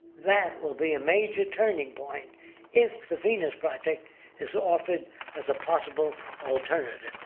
that will be a major turning point if the venus project is offered as a possible alternative.